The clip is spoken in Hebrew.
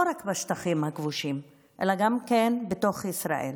רק בשטחים הכבושים אלא גם בתוך ישראל.